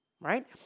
right